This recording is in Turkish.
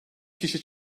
kişi